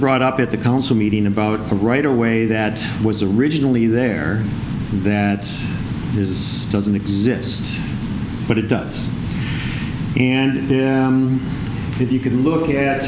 brought up at the council meeting about right away that was originally there that is doesn't exist but it does and if you could look at